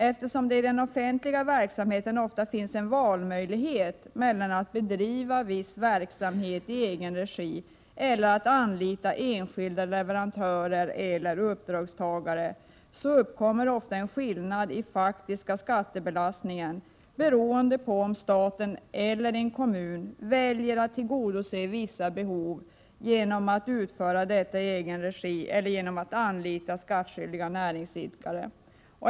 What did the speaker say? Eftersom det i den offentliga verksamheten ofta finns en valmöjlighet mellan att bedriva viss verksamhet i egen regi och att anlita enskilda leverantörer eller uppdragstagare, uppkommer ofta en skillnad i den faktiska skattebelastningen, beroende på om staten eller en kommun väljer att tillgodose vissa behov genom att utföra detta i egen regi eller genom att anlita skattskyldiga näringsidkare.